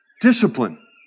discipline